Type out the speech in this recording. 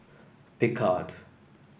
Picard